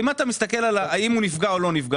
אם אתה מראה את הפגיעה ואתה מסתכל האם הוא נפגע או לא נפגע,